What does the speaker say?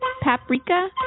paprika